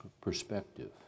perspective